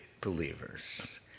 believers